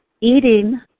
eating